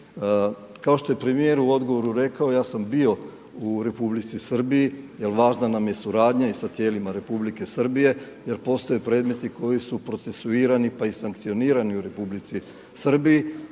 Kao što je premijer u odgovoru rekao, ja sam bio u Republici Srbiji jer važna nam je suradnja i sa tijelima Republike Srbije jer postoje predmeti koji su procesuirani pa i sankcionirani u Republici Srbiji,